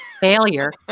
failure